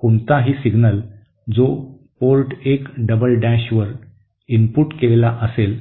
कोणताही सिग्नल जो port 1 double डॅशवर इनपुट केलेला असेल